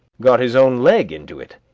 got his own leg into it.